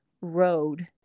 Road